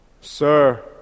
Sir